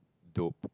nope